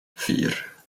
vier